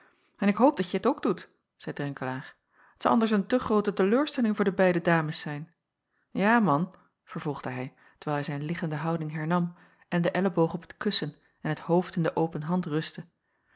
en ik hoop dat je t ook doet zeî drenkelaer t zou anders een te groote te leur stelling voor de beide dames zijn ja man vervolgde hij terwijl hij zijn liggende houding hernam en de elleboog op het kussen en het hoofd in de open hand rustte